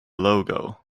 logo